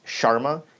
Sharma